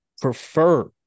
prefer